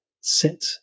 sit